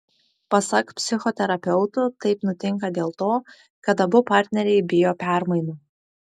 pasak psichoterapeutų taip nutinka dėl to kad abu partneriai bijo permainų